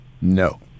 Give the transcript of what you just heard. No